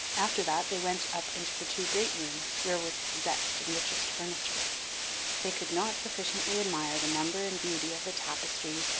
after that they went up into the two great rooms, where was the best and richest furniture they could not sufficiently admire the number and beauty of the tapestry,